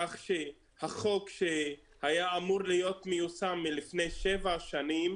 כך שהחוק שהיה אמור להיות מיושם מלפני שבע שנים